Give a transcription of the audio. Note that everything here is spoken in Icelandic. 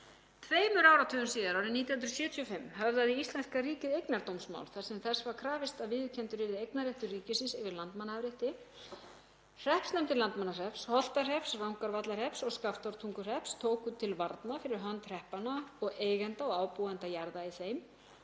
Tveimur áratugum síðar, árið 1975, höfðaði íslenska ríkið eignardómsmál þar sem þess var krafist að viðurkenndur yrði eignarréttur ríkisins yfir Landmannaafrétti. Hreppsnefndir Landmannahrepps, Holtahrepps, Rangárvallahrepps og Skaftártunguhrepps tóku til varna fyrir hönd hreppanna og eigenda og ábúenda jarða í þeim